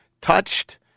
touched